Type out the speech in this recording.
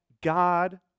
God